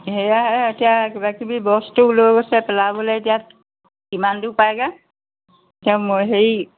সেয়াহে এতিয়া কিবাকিবি বস্তু লৈ গৈছে পেলাবলৈ এতিয়া কিমান দূৰ পায়গৈ এতিয়া মই হেৰি